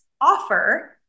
offer